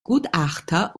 gutachter